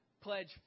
pledge